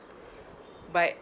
but